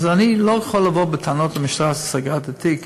אז אני לא יכול לבוא בטענות למשטרה שסגרה את התיק.